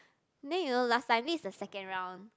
then you know last time this is the second round